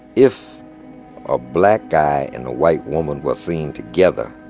if a black guy and a white woman were seen together,